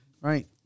Right